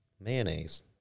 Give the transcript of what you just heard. mayonnaise